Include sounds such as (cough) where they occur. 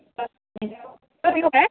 (unintelligible)